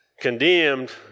condemned